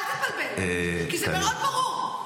אל תבלבל, כי זה מאוד ברור.